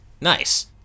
Nice